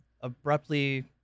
abruptly